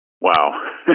Wow